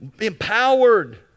empowered